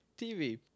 TV